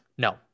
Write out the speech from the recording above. No